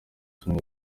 filime